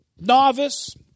novice